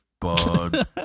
Bud